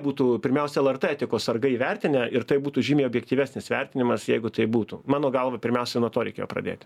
būtų pirmiausia lrt etikos sargai įvertinę ir tai būtų žymiai objektyvesnis vertinimas jeigu tai būtų mano galva pirmiausia nuo to reikėjo pradėti